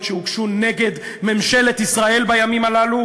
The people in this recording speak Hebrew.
שהוגשו נגד ממשלת ישראל בימים הללו,